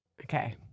Okay